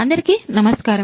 అందరికీ నమస్కారం